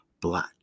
black